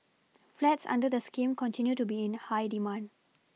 flats under the scheme continue to be in high demand